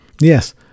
Yes